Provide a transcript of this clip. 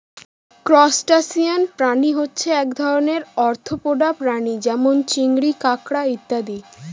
crustacean প্রাণী হচ্ছে এক ধরনের আর্থ্রোপোডা প্রাণী যেমন চিংড়ি, কাঁকড়া ইত্যাদি